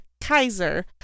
Kaiser